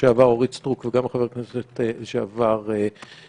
לשעבר אורית סטרוק וגם לחבר הכנסת לשעבר יוגב,